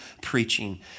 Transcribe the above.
preaching